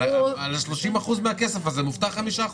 אבל על ה-30% מהכסף הזה מובטח 5%,